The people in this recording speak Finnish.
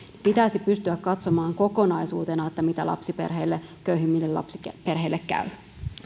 pitäisi pystyä katsomaan kokonaisuutena mitä lapsiperheille köyhimmille lapsiperheille käy